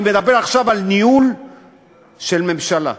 אני מדבר עכשיו על ניהול של ממשלה.